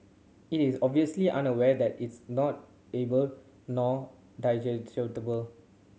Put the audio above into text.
it is obviously unaware that it's not edible nor digestible